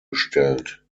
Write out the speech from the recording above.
gestellt